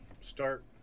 start